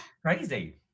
crazy